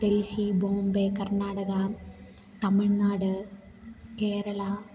Delhi Bombay Karnataka Tamil Nadu Kerala